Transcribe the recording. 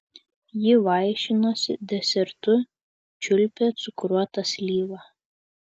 ji vaišinosi desertu čiulpė cukruotą slyvą